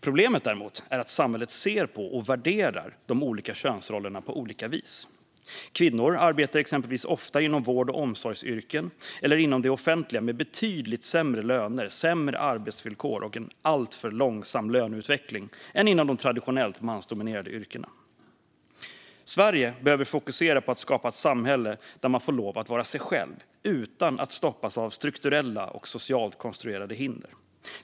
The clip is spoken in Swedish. Problemet är att samhället ser på, och värderar, de olika könsrollerna på olika vis. Kvinnor arbetar exempelvis oftare inom vård och omsorgsyrken eller inom det offentliga, där det är betydligt sämre löner och arbetsvillkor och en alltför långsam löneutveckling jämfört med de traditionellt mansdominerade yrkena. Sverige behöver fokusera på att skapa ett samhälle där man får lov att vara sig själv utan att stoppas av strukturella och socialt konstruerade hinder.